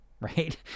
Right